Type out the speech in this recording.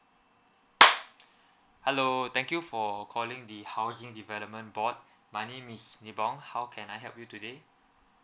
hello thank you for calling the housing development board my name is nibong how can I help you today